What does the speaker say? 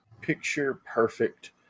picture-perfect